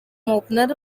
opener